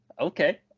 Okay